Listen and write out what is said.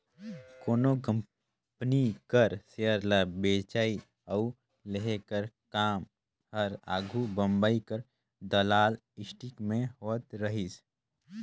कोनो कंपनी कर सेयर ल बेंचई अउ लेहई कर काम हर आघु बंबई कर दलाल स्टीक में होवत रहिस